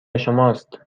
شماست